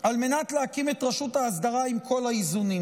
על מנת להקים את רשות האסדרה עם כל האיזונים.